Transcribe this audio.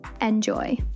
Enjoy